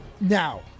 Now